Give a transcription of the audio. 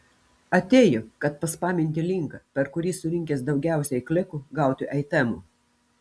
atėjo kad paspaminti linką per kurį surinkęs daugiausiai klikų gautų aitemų